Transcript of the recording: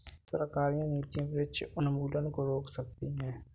सरकारी नीतियां वृक्ष उन्मूलन को रोक सकती है